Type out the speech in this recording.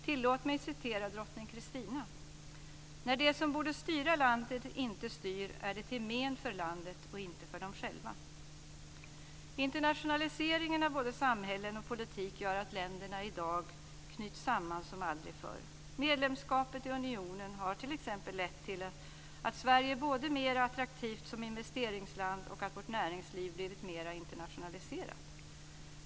Tillåt mig att citera drottning Kristina: "När de som borde styra landet inte styr är det till men för landet och inte för dem själva." Internationaliseringen av både samhällen och politik gör att länderna i dag knyts samman som aldrig förr. Medlemskapet i unionen har t.ex. lett till både att Sverige är mera attraktivt som investeringsland och att vårt näringsliv blivit mer internationaliserat.